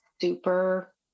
super